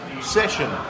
session